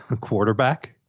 quarterback